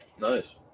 Nice